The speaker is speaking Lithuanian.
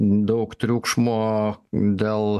daug triukšmo dėl